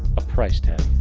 a price tag.